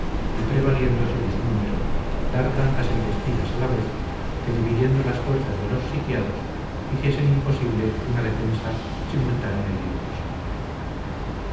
y prevaliéndose de su número dar tantas embestidas a la vez que dividiendo las fuerzas de los sitiados hiciesen imposible una defensa simultánea y vigorosa